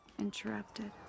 Interrupted